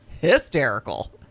hysterical